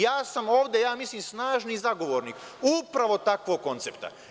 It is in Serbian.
Ja sam ovde, ja mislim snažni zagovornik upravo takvog koncepta.